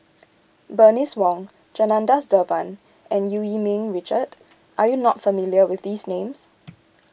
Bernice Wong Janadas Devan and Eu Yee Ming Richard are you not familiar with these names